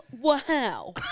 Wow